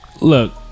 Look